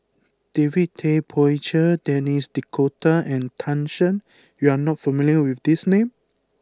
David Tay Poey Cher Denis D'Cotta and Tan Shen you are not familiar with these names